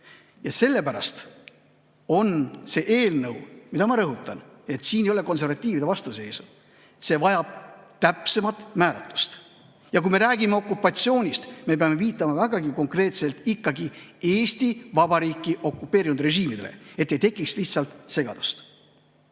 Ja sellepärast see eelnõu – ma rõhutan, et siin ei ole konservatiivide vastuseisu – vajab täpsemat määratlust. Ja kui me räägime okupatsioonist, siis me peame viitama vägagi konkreetselt ikkagi Eesti Vabariiki okupeerinud režiimidele, et ei tekiks lihtsalt segadust.